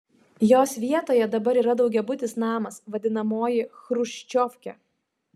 jos vietoje dabar yra daugiabutis namas vadinamoji chruščiovkė